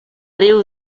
riu